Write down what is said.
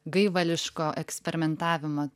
gaivališko eksperimentavimo